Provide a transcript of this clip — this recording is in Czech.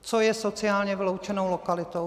Co je sociálně vyloučenou lokalitou?